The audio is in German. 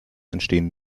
entstehen